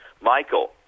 Michael